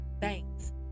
Thanks